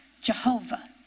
Jehovah